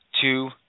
two